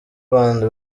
bandi